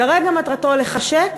כרגע מטרתו לחשק,